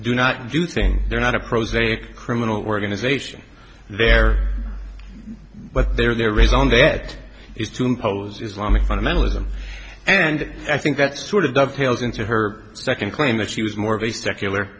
do not do things they're not a prosaic criminal organization there but they are their reason that is to impose islamic fundamentalism and i think that's sort of dovetails into her second claim that she was more of a secular